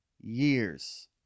years